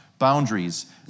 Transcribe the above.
boundaries